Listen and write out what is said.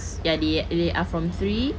ya they they are from three